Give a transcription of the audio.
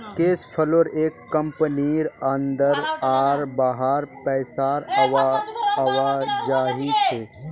cash flow एक कंपनीर अंदर आर बाहर पैसार आवाजाही छे